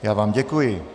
Já vám děkuji.